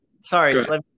sorry